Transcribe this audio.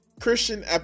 Christian